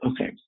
Okay